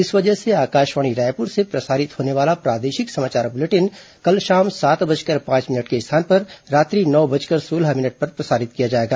इस वजह से आकाशवाणी रायपुर से प्रसारित होने वाला प्रादेशिक समाचार बलेटिन कल शाम सात बजकर पांच मिनट के स्थान पर रात्रि नौ बजकर सोलह मिनट पर प्रसारित किया जाएगा